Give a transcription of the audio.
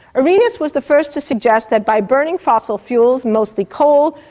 arrhenius was the first to suggest that by burning fossil fuels, mostly coal,